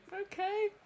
okay